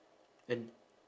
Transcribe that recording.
and